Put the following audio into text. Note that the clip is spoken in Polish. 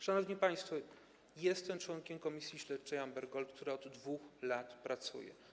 Szanowni państwo, jestem członkiem Komisji Śledczej do spraw Amber Gold, która od 2 lat pracuje.